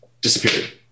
disappeared